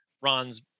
Ron's